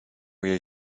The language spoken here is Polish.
jej